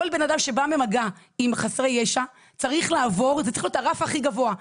כל אחד שבא במגע עם חסרי ישע צריך לעבור את הרף הכי גבוה,